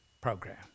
program